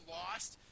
lost